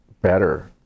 better